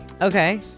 okay